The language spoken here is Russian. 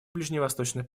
ближневосточной